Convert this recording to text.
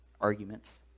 arguments